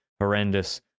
horrendous